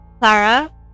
Clara